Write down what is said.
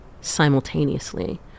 simultaneously